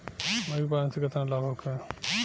मुर्गीपालन से केतना लाभ होखे?